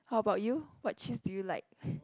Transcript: how about you what cheese do you like